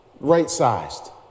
right-sized